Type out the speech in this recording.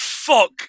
Fuck